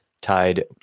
Tied